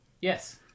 Yes